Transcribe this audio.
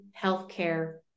healthcare